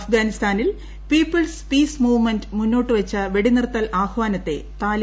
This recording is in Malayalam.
അഫ്ഗാനിസ്ഥാനിൽ പീപ്പിൾസ് പീസ് മൂവ്മെന്റ് മുന്നോട്ട് വച്ച വെടിനിർത്തൽ ആഹ്വാനത്തെ താലിബാൻ തള്ളി